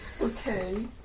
okay